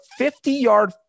50-yard